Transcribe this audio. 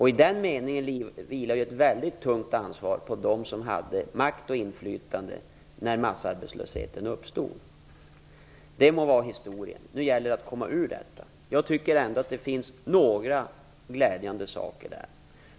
I den meningen vilar ett väldigt tungt ansvar på dem som hade makt och inflytande när massarbetslösheten uppstod. Det må vara historien. Nu gäller det att komma ur detta. Jag tycker ändå att det finns några glädjande saker.